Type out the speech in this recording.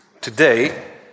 Today